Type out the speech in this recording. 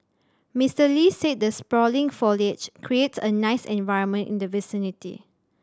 Mister Lee said the sprawling foliage creates a nice environment in the vicinity